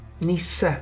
nisse